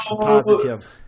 positive